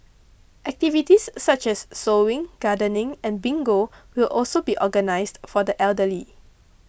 activities such as sewing gardening and bingo will also be organised for the elderly